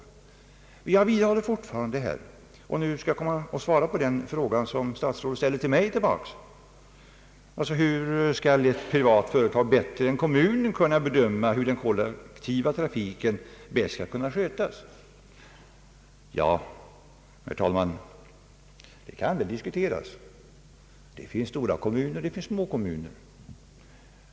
Jag skall sedan svara på den fråga statsrådet ställde till mig, nämligen hur ett privat företag bättre än en kommun skall kunna bedöma hur den kollektiva trafiken bäst skall skötas. Den saken kan, herr talman, diskuteras. Det finns stora kommuner och små kommuner.